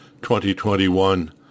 2021